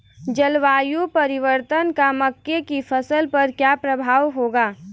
जलवायु परिवर्तन का मक्के की फसल पर क्या प्रभाव होगा?